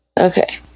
Okay